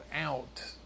out